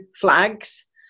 flags